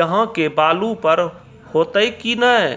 यहाँ के बालू पर होते की नैय?